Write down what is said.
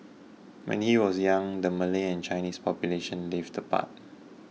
when he was young the Malay and Chinese populations lived apart